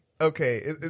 Okay